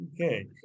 Okay